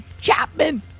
Chapman